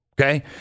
okay